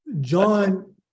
John